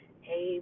Hey